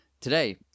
today